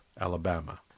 Alabama